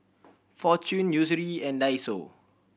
Fortune and Daiso